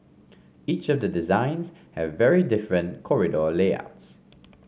each of the designs have very different corridor layouts